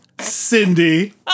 Cindy